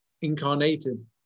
incarnated